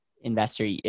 investor